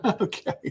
okay